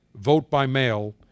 vote-by-mail